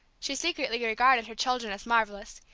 she secretly regarded her children as marvellous,